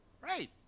Right